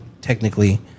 technically